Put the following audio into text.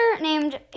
named